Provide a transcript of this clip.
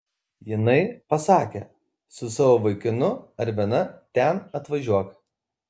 jinai pasakė su savo vaikinu ar viena ten atvažiuok